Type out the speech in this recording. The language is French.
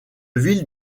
ville